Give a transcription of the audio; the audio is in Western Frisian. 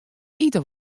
ite